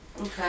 Okay